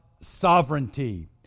sovereignty